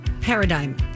Paradigm